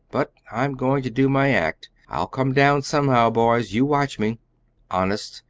but i'm going to do my act. i'll come down somehow, boys you watch me honest,